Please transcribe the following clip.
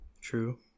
true